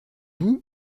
vous